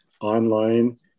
online